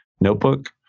notebook